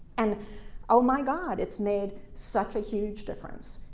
and oh, my god, it's made such a huge difference.